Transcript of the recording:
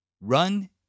Run